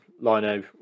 lino